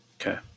Okay